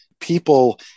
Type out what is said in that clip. people